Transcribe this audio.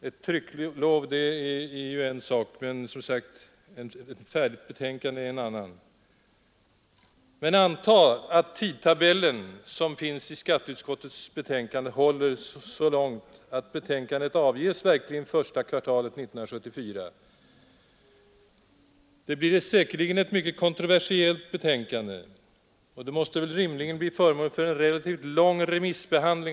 Ett trycklov är en sak — ett färdigt betänkande är en annan. Men anta att tidtabellen i skatteutskottets betänkande håller så långt att alkoholpolitiska utredningens betänkande verkligen avges första kvartalet 1974. Det blir säkerligen ett mycket kontroversiellt betänkande, och det måste av det skälet rimligen bli föremål för en relativt lång remissbehandling.